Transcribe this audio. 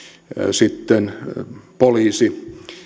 sitten poliisi